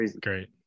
Great